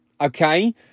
okay